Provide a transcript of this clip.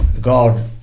God